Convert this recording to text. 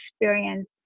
experience